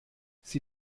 sie